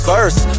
First